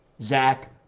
Zach